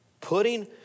Putting